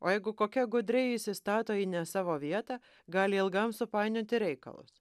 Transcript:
o jeigu kokia gudriai įsistato į ne savo vietą gali ilgam supainioti reikalus